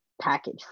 package